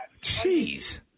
Jeez